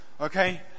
Okay